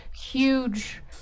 huge